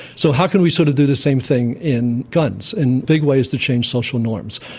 so how can we sort of do the same thing in guns, in big ways to change social norms?